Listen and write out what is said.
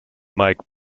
mike